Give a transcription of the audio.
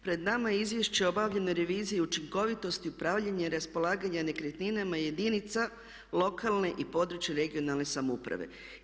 Pred nama je Izvješće o obavljenoj reviziji i učinkovitosti upravljanja i raspolaganja nekretninama jedinica lokalne i područne (regionalne) samouprave.